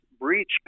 breach